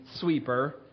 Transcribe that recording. sweeper